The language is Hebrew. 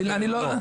לא.